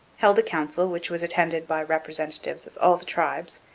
held a council which was attended by representatives of all the tribes,